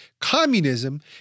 Communism